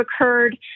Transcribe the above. occurred